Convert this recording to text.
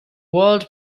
world